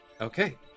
Okay